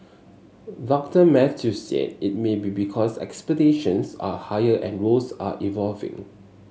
Doctor Mathews said it may be because expectations are higher and roles are evolving